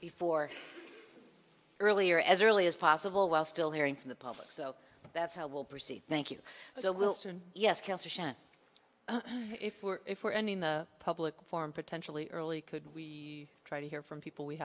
before earlier as early as possible while still hearing from the public so that's how we'll proceed thank you so we'll soon yes if we're if we're only in the public form potentially early could we try to hear from people we